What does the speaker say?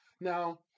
Now